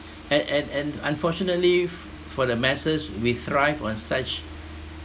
and and and unfortunately f~ for the masses we thrive on such